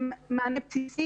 צריך